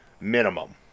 minimum